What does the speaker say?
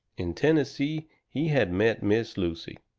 in tennessee he had met miss lucy.